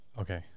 Okay